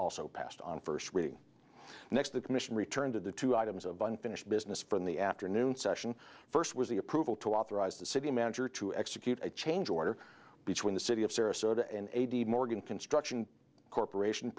also passed on first reading next the commission return to the two items of unfinished business from the afternoon session first was the approval to authorize the city manager to execute a change order between the city of sarasota and morgan construction corporation